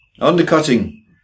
Undercutting